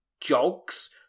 jogs